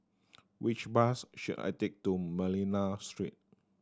which bus should I take to Manila Street